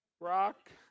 Brock